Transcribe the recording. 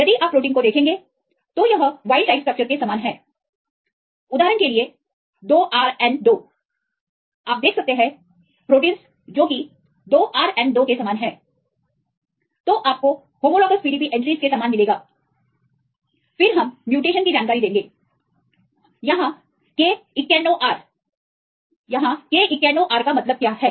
यदि आप प्रोटीन को देखेंगे तो यह वाइल्ड टाइप स्ट्रक्चर के समान है उदाहरण के लिए2RN2 आप देख सकते हैं प्रोटीनस जो कि 2RN2 के समान हैतो आपको होमोलॉग्स PDB एंट्रीज के समान मिलेगा फिर हम म्यूटेशन की जानकारी देंगे यहां K91R यहां K91R का मतलब क्या है